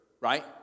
right